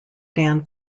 dan